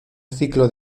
ciclo